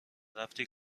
رفتی